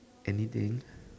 anything